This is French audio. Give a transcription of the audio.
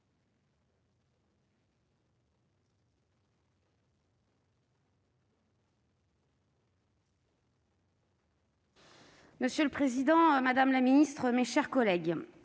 Monsieur le président, madame la ministre, mes chers collègues,